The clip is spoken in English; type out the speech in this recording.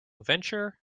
venture